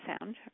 sound